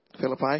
Philippi